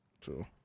True